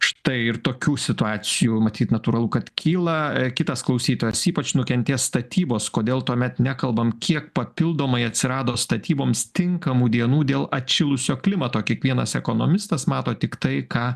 štai ir tokių situacijų matyt natūralu kad kyla kitas klausytojas ypač nukentės statybos kodėl tuomet nekalbam kiek papildomai atsirado statyboms tinkamų dienų dėl atšilusio klimato kiekvienas ekonomistas mato tik tai ką